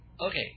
Okay